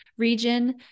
region